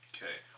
Okay